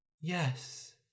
Yes